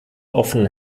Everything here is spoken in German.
offener